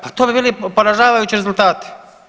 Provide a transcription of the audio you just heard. Pa to bi bili poražavajući rezultati.